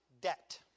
debt